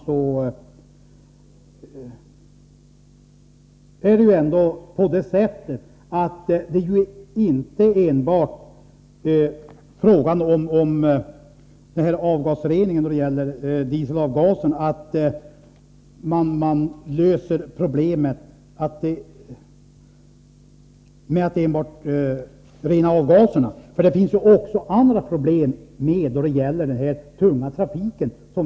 Det är ändå på det sättet, Lars Ernestam, att man inte löser problemet enbart genom att rena avgaserna. Det finns ju också andra problem då det gäller den tunga trafiken.